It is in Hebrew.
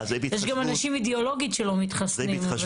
אני